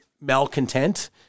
malcontent